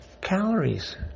calories